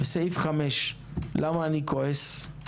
בסעיף 5, למה אני כועס?